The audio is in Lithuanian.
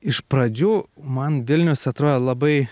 iš pradžių man vilnius atrodė labai